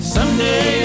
Someday